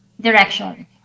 direction